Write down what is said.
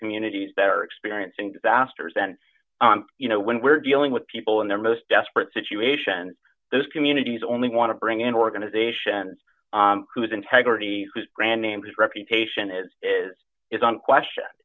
communities that are experiencing disasters and you know when we're dealing with people in their most desperate situation those communities only want to bring in organizations whose integrity brand names reputation is is is unquestion